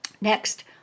Next